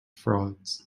frauds